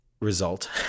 result